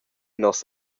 nos